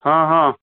ହଁ ହଁ